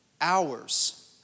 hours